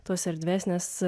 tos erdvesnės